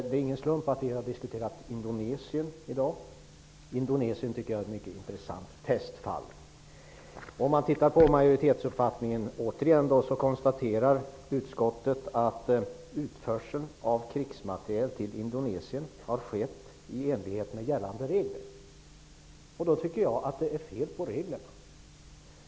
Det är ingen slump att vi har diskuterat Indonesien i dag. Indonesien är, tycker jag, ett mycket intressant testfall. Om man tittar på majoritetsuppfattningen återigen, så konstaterar utskottet att utförseln av krigsmateriel till Indonesien har skett i enlighet med gällande regler. Då tycker jag att det är fel på reglerna.